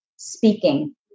speaking